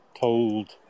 told